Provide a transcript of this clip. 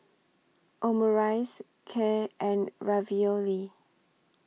Omurice Kheer and Ravioli